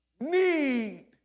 need